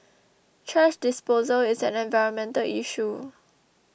thrash disposal is an environmental issue